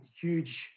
huge